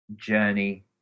journey